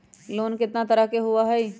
Loan केतना तरह के होअ हई?